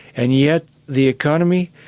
and yet the economy,